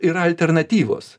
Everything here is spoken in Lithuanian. yra alternatyvos